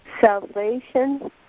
Salvation